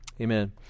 amen